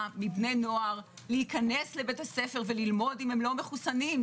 מבני נוער להיכנס לבית ספר אם הם לא מחוסנים.